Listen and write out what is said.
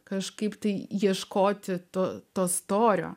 kažkaip tai ieškoti to to storio